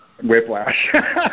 Whiplash